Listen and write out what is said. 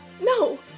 No